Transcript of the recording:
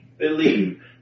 Believe